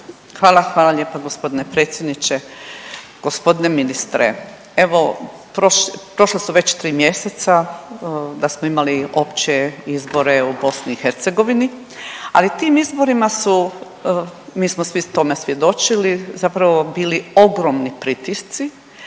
Hvala, hvala lijepa gospodine predsjedniče. Gospodine ministre evo prošla su već tri mjeseca da smo imali opće izbore u BiH, ali tim izborima su, mi smo svi tome svjedočili zapravo bili ogromni pritisci.